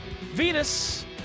Venus